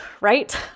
right